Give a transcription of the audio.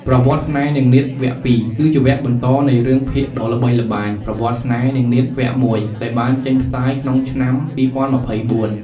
ប្រវត្តិស្នេហ៍នាងនាថវគ្គ ២ គឺជាវគ្គបន្តនៃរឿងភាគដ៏ល្បីល្បាញ "ប្រវត្តិស្នេហ៍នាងនាថ វគ្គ ១" ដែលបានចេញផ្សាយក្នុងឆ្នាំ ២០២៤។